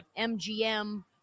MGM